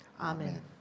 Amen